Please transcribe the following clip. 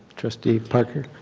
trustee parker?